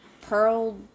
Pearl